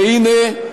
והנה,